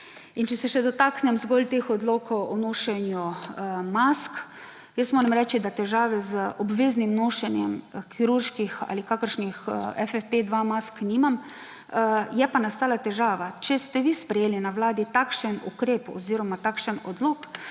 če se še dotaknem zgolj teh odlokov o nošenju mask. Jaz moram reči, da težave z obveznim nošenjem kirurških ali FFP-2 mask nimam. Je pa nastala težava. Če ste vi sprejeli na vladi takšen ukrep oziroma takšen odlok,